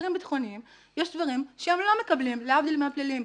לאסירים ביטחוניים יש דברים שהם לא מקבלים להבדיל מהפליליים,